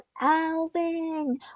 alvin